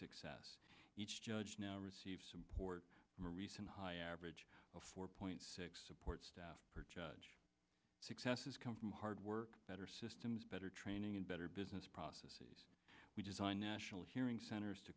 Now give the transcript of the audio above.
success each judge now receive support from a recent high average of four point six support staff judge success has come from hard work better systems better training and better business processes we design nationally hearing centers to